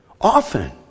Often